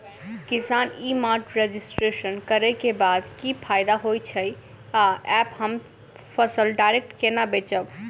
किसान e mart registration करै केँ बाद की फायदा होइ छै आ ऐप हम फसल डायरेक्ट केना बेचब?